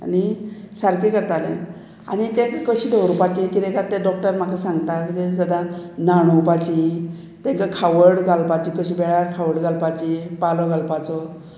आनी सारकें करतालें आनी तें कशें दवरपाचें कितें कर तें डॉक्टर म्हाका सांगता कितें जाता न्हाणोवपाची तांकां खावड घालपाची कशी वेळार खावड घालपाची पालो घालपाचो